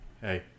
hey